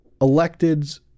electeds